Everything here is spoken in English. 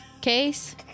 Case